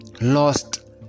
lost